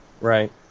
Right